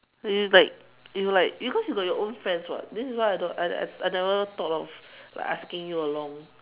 you like you like because you got your own friends [what] this is why why I never thought of like asking you along